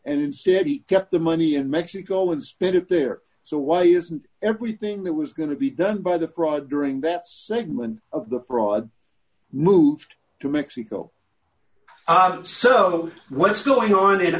instead he kept the money in mexico and spent it there so why isn't everything that was going to be done by the fraud during that segment of the fraud moved to mexico so what's going on in